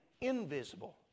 invisible